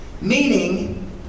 Meaning